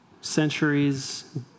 centuries